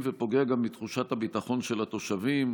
ופוגע גם בתחושת הביטחון של התושבים.